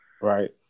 Right